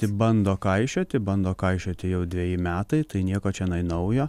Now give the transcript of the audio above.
tai bando kaišioti bando kaišioti jau dveji metai tai nieko čionai naujo